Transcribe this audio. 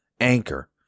Anchor